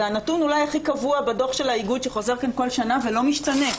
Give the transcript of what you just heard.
זה הנתון אולי הכי קבוע בדוח של האיגוד שחוזר כאן כל שנה ולא משתנה.